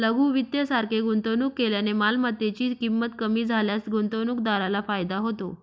लघु वित्त सारखे गुंतवणूक केल्याने मालमत्तेची ची किंमत कमी झाल्यास गुंतवणूकदाराला फायदा होतो